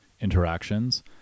interactions